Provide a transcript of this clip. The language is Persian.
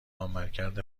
عملکرد